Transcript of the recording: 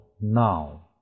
now